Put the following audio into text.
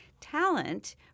talent